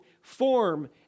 form